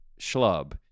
schlub